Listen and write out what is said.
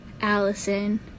Allison